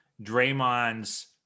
Draymond's